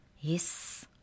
Yes